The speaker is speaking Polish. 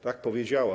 Tak powiedziała.